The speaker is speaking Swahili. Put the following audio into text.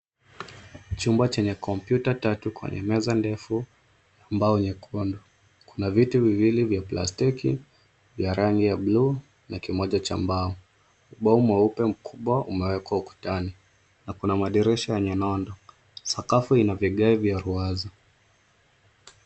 Chumba chenye kompyuta tatu kwenye meza ndefu na mbao nyekundu. Kuna viti viwili vya plastiki vya rangi ya blue na kimoja cha mbao. Ubao mweupe mkubwa umewekwa ukutani na kuna madirisha wenye nondo. Sakafu ina vigae vya ruwaza.